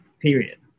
period